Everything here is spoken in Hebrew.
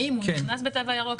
האם הוא נכנס בתו הירוק?